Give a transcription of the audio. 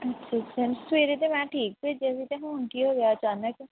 ਅੱਛਾ ਅੱਛਾ ਸਵੇਰੇ ਤਾਂ ਮੈਂ ਠੀਕ ਭੇਜਿਆ ਸੀ ਤਾਂ ਹੁਣ ਕੀ ਹੋ ਗਿਆ ਅਚਾਨਕ